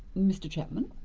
mr chapman?